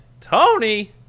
Tony